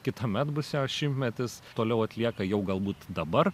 kitąmet bus jos šimtmetis toliau atlieka jau galbūt dabar